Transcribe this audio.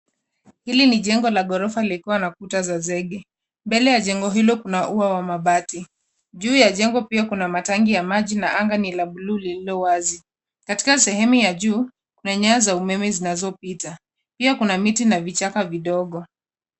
Hili ni jengo la ghorofa likiwa na kuta za zege. Mbele ya jengo hilo kuna ua wa mabati. Juu ya jengo pia kuna matangi ya maji na anga ni la buluu lililowazi. Katika sehemu ya juu kuna nyaya za umeme zinazopita. Pia kuna miti na vichaka vidogo.